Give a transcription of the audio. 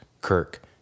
Kirk